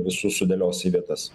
visus sudėlios į vietas